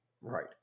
Right